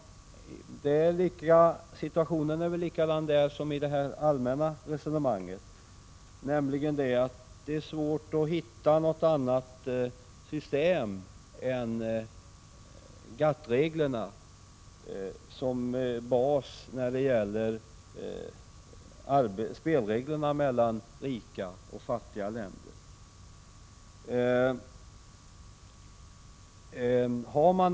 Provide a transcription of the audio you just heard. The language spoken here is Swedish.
Situationen är väl likadan som när det gäller det allmänna resonemanget, nämligen att det är svårt att hitta något annat system än GATT-reglerna som bas för handelssamarbetet mellan rika och fattiga länder.